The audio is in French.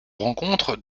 rencontre